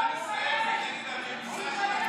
זה לא נגד מדינת ישראל, זה נגד הרמיסה של הכנסת.